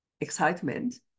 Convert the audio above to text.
excitement